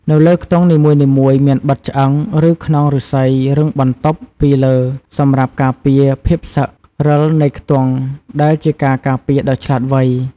នៅលើខ្ទង់នីមួយៗ មានបិទឆ្អឹង ឬខ្នងឫស្សីរឹងបន្តុបពីលើសម្រាប់ការពារភាពសឹក រឹលនៃខ្ទង់ ដែលជាការការពារដ៏ឆ្លាតវៃ។